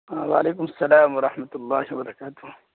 ہاں وعلیکم السلام ورحمۃ اللہ وبرکاتہ